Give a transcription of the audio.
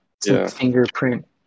fingerprint